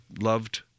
loved